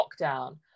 lockdown